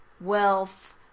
wealth